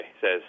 says